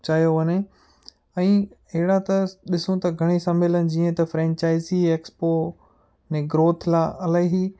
चयो वञे ऐं अहिड़ा त ॾिसूं त घणेई सम्मेलन जीअं त फ़्रेंचाईज़ी एक्पो ने ग्रोथ लाइ इलाही